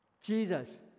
Jesus